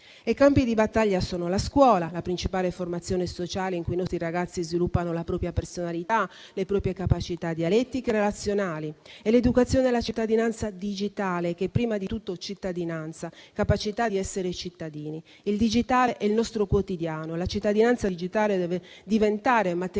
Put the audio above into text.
I campi di battaglia sono la scuola, la principale formazione sociale in cui i nostri ragazzi sviluppano la propria personalità, le proprie capacità dialettiche e relazionali e l'educazione alla cittadinanza digitale, che è prima di tutto cittadinanza, capacità di essere cittadini. Il digitale è il nostro quotidiano, la cittadinanza digitale deve diventare materia